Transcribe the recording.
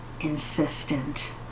insistent